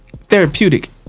therapeutic